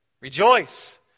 Rejoice